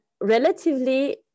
relatively